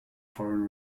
foreign